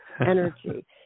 energy